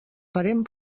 parent